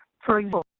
for example,